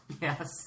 Yes